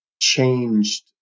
changed